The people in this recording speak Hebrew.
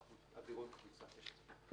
"6.